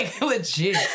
legit